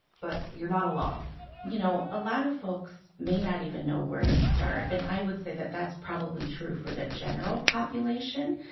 but you're not alone you know, a lot of folks may not even know where to start. and i would say that that's probably true for the general population.